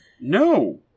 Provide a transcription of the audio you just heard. No